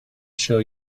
show